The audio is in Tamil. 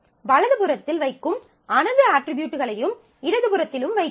வலது புறத்தில் வைக்கும் அனைத்து அட்ரிபியூட்களையும் இடது புறத்திலும் வைக்கிறோம்